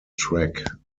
track